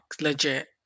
legit